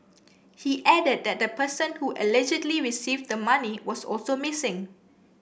he added that the person who allegedly received the money was also missing